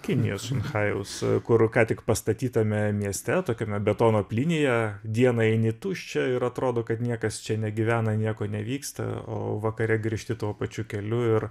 kinijos šanchajaus kur ką tik pastatytame mieste tokiame betono linija dieną eini tuščia ir atrodo kad niekas čia negyvena nieko nevyksta o vakare grįžti tuo pačiu keliu ir